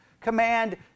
command